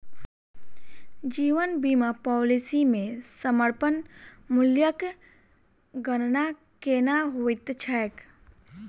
जीवन बीमा पॉलिसी मे समर्पण मूल्यक गणना केना होइत छैक?